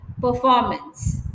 performance